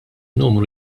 numru